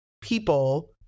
people